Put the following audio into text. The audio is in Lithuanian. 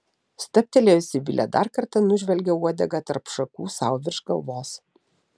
stabtelėjusi vilė dar kartą nužvelgė uodegą tarp šakų sau virš galvos